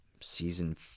Season